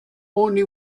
only